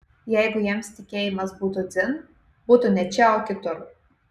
jeigu jiems tikėjimas būtų dzin būtų ne čia o kitur